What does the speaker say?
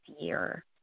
year